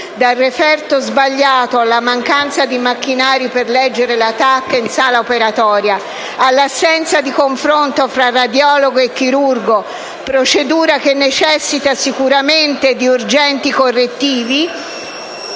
dal referto sbagliato alla mancanza di macchinari per leggere la Tac in sala operatoria, all'assenza di confronto tra radiologo e chirurgo (procedura che necessita sicuramente di urgenti correttivi)